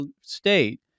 state